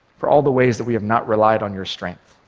for all the ways that we have not relied on your strength.